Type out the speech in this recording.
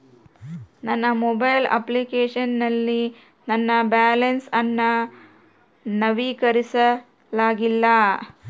ನನ್ನ mobile application ನಲ್ಲಿ ನನ್ನ ಬ್ಯಾಲೆನ್ಸ್ ಅನ್ನು ನವೀಕರಿಸಲಾಗಿಲ್ಲ